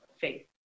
faith